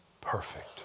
perfect